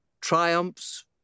triumphs